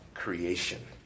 creation